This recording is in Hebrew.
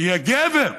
תהיה גבר.